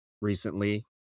recently